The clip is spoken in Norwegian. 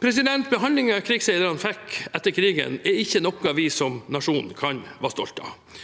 friheten. Behandlingen krigsseilerne fikk etter krigen, er ikke noe vi som nasjon kan være stolte av.